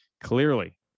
Clearly